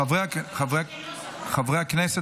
חברי הכנסת,